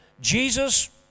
Jesus